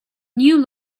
new